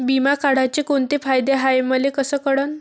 बिमा काढाचे कोंते फायदे हाय मले कस कळन?